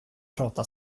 prata